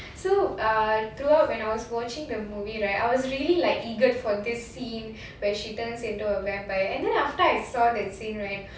so ah throughout I was watching the movie right I was really like eager for this scene when she turns into a vampire and then after I saw that scene right